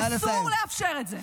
אסור לאפשר את זה.